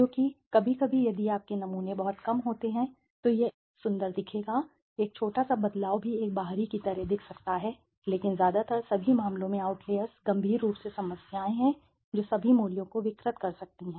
क्योंकि हाँ कभी कभी यदि आपके नमूने बहुत कम होते हैं तो यह एक अति सुंदर की तरह दिखेगा एक छोटा सा बदलाव भी एक बाहरी की तरह दिख सकता है लेकिन ज्यादातर सभी मामलों में आउटलेर्स गंभीर रूप से समस्याएं हैं जो सभी मूल्यों को विकृत कर सकती हैं